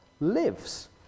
lives